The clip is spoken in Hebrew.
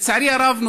לצערי הרב,